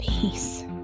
peace